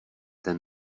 ten